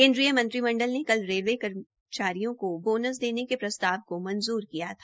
केन्द्रीय मंत्रीमंडल ने कल रेलवे कर्मचारियों को बोनस देने के प्रस्ताव को मंजूर किया था